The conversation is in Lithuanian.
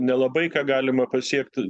nelabai ką galima pasiekti